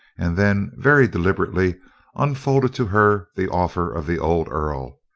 and then very deliberately unfolded to her the offers of the old earl,